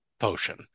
potion